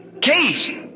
case